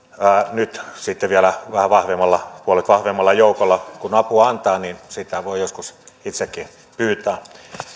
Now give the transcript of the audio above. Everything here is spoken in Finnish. nyt sitten vielä puolet vahvemmalla joukolla kun apua antaa niin sitä voi joskus itsekin pyytää